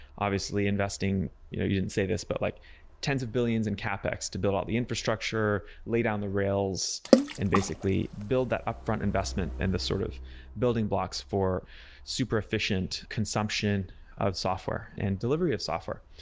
obviously, investing you didn't say, but like tens of billions in capex to build all the infrastructure, lay down the rails and basically build the upfront investment and the sort of building blocks for superefficient consumption of software and delivery of software.